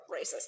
racist